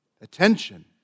attention